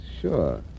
Sure